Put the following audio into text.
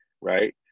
right